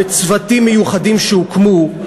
בצוותים מיוחדים שהוקמו,